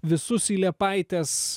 visus į liepaites